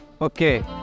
Okay